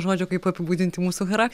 žodžio kaip apibūdinti mūsų charak